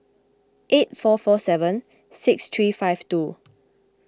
eight four four seven six three five two